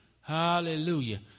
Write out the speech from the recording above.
Hallelujah